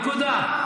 נקודה.